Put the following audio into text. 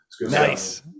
Nice